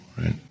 right